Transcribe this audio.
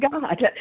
God